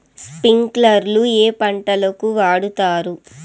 స్ప్రింక్లర్లు ఏ పంటలకు వాడుతారు?